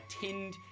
tinned